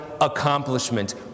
accomplishment